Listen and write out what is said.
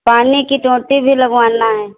पानी की टोंटी भी लगवाना है